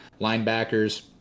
Linebackers